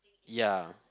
ya